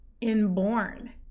inborn